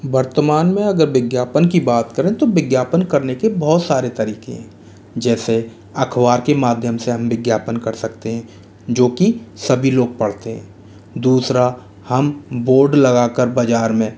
वर्तमान में अगर विज्ञापन की बात करें तो विज्ञापन करने के बहुत सारे तरीके हैं जैसे अखबार के माध्यम से हम विज्ञापन कर सकते हैं जो की सभी लोग पढ़ते हैं दूसरा हम बोर्ड लगाकर बाज़ार में